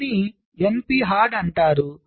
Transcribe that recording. దీనిని np hard అంటారు